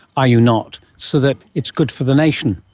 are you not, so that it's good for the nation.